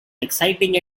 exciting